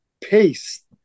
paste